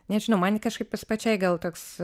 nežinau man kažkaip pas pačiai gal toks